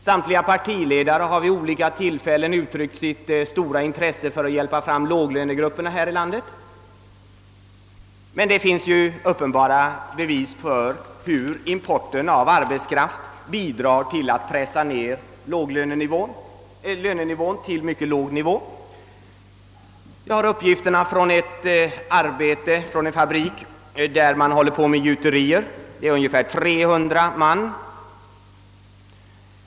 Samtliga partiledare har vid olika tillfällen uttryckt sitt stora intresse för att hjälpa fram låglönegrupperna här i landet. Det finns uppenbara bevis för att importen av arbetskraft bidrar till att pressa ned lönerna till en mycket låg nivå. Jag har uppgifter från ett företag, ett gjuteri. Det sysselsätter ungefär 300 man.